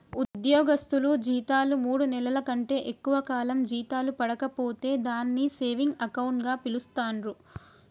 ఉద్యోగస్తులు జీతాలు మూడు నెలల కంటే ఎక్కువ కాలం జీతాలు పడక పోతే దాన్ని సేవింగ్ అకౌంట్ గా పిలుస్తాండ్రు